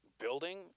building